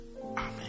Amen